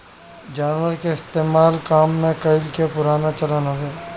जानवर के इस्तेमाल काम में कइला के पुराना चलन हअ